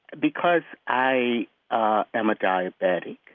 because i ah am a diabetic,